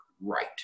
right